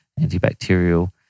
antibacterial